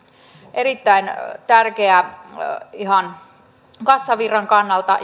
erittäin tärkeä ihan kassavirran kannalta